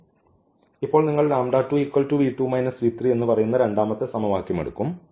ഇപ്പോൾ നിങ്ങൾ എന്ന് പറയുന്ന രണ്ടാമത്തെ സമവാക്യം എടുക്കും